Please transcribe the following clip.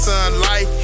Sunlight